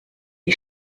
die